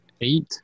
eight